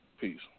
Peace